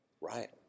Right